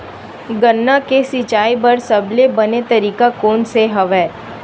गन्ना के सिंचाई बर सबले बने तरीका कोन से हवय?